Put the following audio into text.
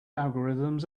algorithms